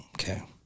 Okay